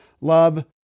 love